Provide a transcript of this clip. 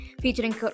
featuring